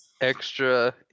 extra